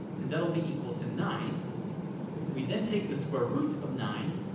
and that'll be equal to nine we then take the square root of nine,